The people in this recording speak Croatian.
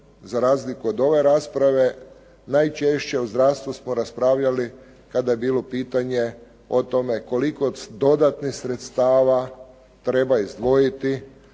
za razliku od ove rasprave najčešće o zdravstvu smo raspravljali kada je bilo pitanje o tome koliko dodatnih sredstava treba izdvojiti